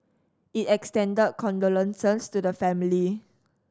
it extended condolences to the family